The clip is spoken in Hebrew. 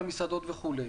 למסעדות וכולי.